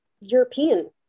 european